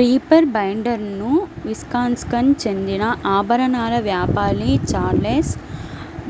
reaper బైండర్ను Wisconsin చెందిన ఆభరణాల వ్యాపారి చార్లెస్